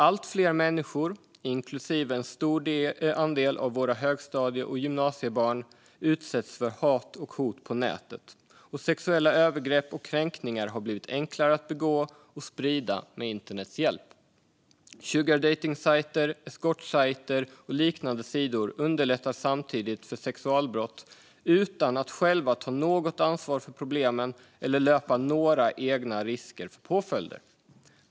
Allt fler människor, inklusive en stor andel av våra högstadie och gymnasiebarn, utsätts för hat och hot på nätet, och sexuella övergrepp och kränkningar har blivit enklare att begå och sprida med internets hjälp. Sugardejtningssajter, eskortsajter och liknande sidor underlättar samtidigt för sexualbrott utan att själva ta något ansvar för problemen eller löpa några egna risker för påföljder.